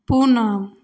Poonam